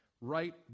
right